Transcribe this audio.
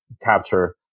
capture